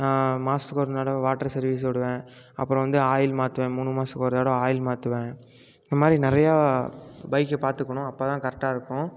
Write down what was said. நான் மாதத்துக்கு ஒரு தடவை வாட்ரு சர்வீஸ் விடுவேன் அப்புறம் இந்த ஆயில் மாற்றுவேன் மூணு மாதத்துக்கு ஒரு தடவை ஆயில் மாற்றுவேன் இந்தமாரி நிறையா பைக்கை பார்த்துக்கணும் அப்போதான் கரெக்டாக இருக்கும்